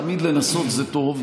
תמיד לנסות זה טוב.